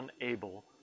unable